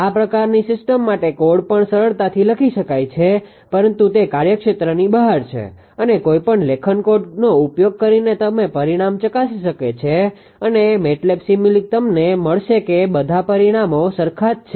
આ પ્રકારની સિસ્ટમ માટે કોડ પણ સરળતાથી લખી શકાય છે પરંતુ તે કાર્યક્ષેત્રની બહાર છે અને કોઈપણ લેખન કોડનો ઉપયોગ કરીને પરિણામ ચકાસી શકે છે અને MATLAB સિમ્યુલિંક તમને મળશે કે બધા પરિણામો સરખા જ છે